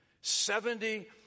Seventy